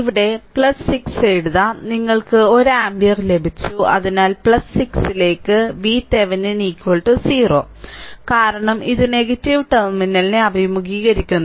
ഇവിടെ 6 എഴുതാം നിങ്ങൾക്ക് 1 ആമ്പിയർ ലഭിച്ചു അതിനാൽ 6 ലേക്ക് VThevenin 0 കാരണം ഇത് നെഗറ്റീവ് ടെർമിനലിനെ അഭിമുഖീകരിക്കുന്നു